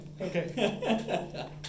Okay